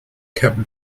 kept